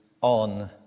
on